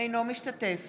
אינו משתתף